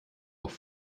auch